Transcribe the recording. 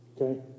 okay